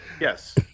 Yes